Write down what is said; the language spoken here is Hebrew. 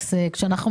אשקלון.